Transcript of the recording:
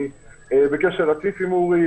אנחנו בקשר רציף עם אורי.